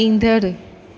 ईंदड़ु